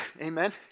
Amen